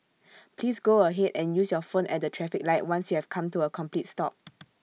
please go ahead and use your phone at the traffic light once you have come to A complete stop